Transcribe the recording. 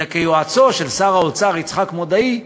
אלא כיועצו של שר האוצר יצחק מודעי,